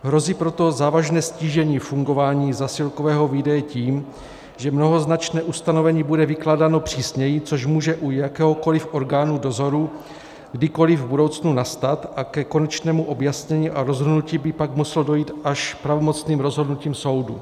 Hrozí proto závažné ztížení fungování zásilkového výdeje tím, že mnohoznačné ustanovení bude vykládáno přísněji, což může u jakéhokoliv orgánu dozoru kdykoliv v budoucnu nastat, a ke konečnému objasnění a rozhodnutí by pak muselo dojít až pravomocným rozhodnutím soudu.